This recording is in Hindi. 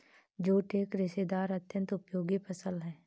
जूट एक रेशेदार अत्यन्त उपयोगी फसल है